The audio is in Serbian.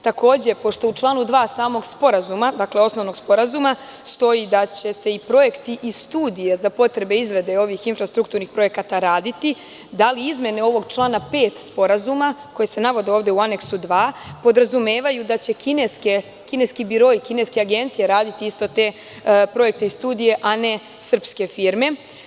Takođe, pošto u članu 2. samog sporazuma, dakle, osnovnog sporazuma stoji da će se i projekti i studije za potrebe izrade ovih infrastrukturnih objekata raditi, da li izmene ovog člana 5. Sporazuma koje se navode ovde u Aneksu 2. podrazumevaju da će kineski biroi i kineske agencije raditi isto te projekte i studije, a ne srpske firme?